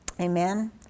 Amen